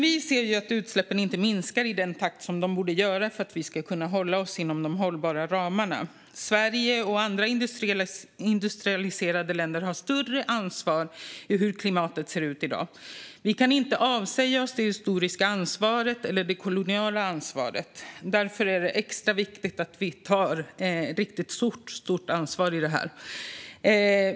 Vi ser att utsläppen inte minskar i den takt de borde för att vi ska kunna hålla oss inom hållbara ramar. Sverige och andra industrialiserade länder har större ansvar för hur klimatet ser ut i dag. Vi kan inte avsäga oss det historiska ansvaret eller det koloniala ansvaret. Därför är det extra viktigt att vi tar stort ansvar här.